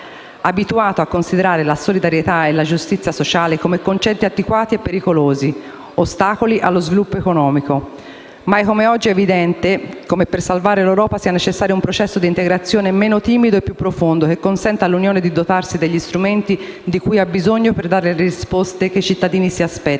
abituato a considerare la solidarietà e la giustizia sociale come concetti antiquati e pericolosi, ostacoli allo sviluppo economico? Mai come oggi è evidente come per salvare l'Europa sia necessario un processo di integrazione meno timido e più profondo, che consenta all'Unione di dotarsi degli strumenti di cui ha bisogno per dare le risposte che i cittadini si aspettano.